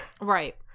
right